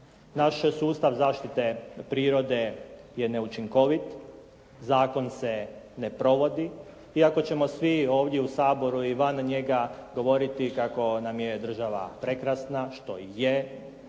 Naš sustav prirode je neučinkovit, zakon se ne provodi iako ćemo svi ovdje u Saboru i van njega govoriti kako nam je država prekrasna što i je,